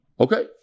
Okay